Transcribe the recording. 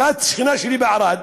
ואת שכנה שלי בערד,